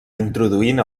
introduint